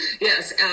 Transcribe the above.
yes